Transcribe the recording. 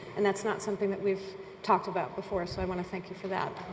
and that's not something that we've talked about before. so i want to thank you for that.